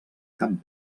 cap